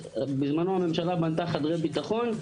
בזמנו הממשלה בנתה חדרי ביטחון,